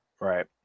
Right